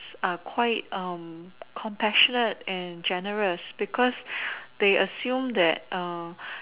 are quite um compassionate and generous because they assumed that um